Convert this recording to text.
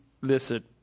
listen